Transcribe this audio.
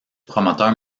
promoteur